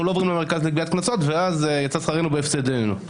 אנחנו לא באים למרכז לגביית קנסות ואז יצא שכרנו בהפסדנו.